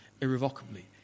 irrevocably